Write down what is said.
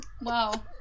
Wow